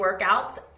workouts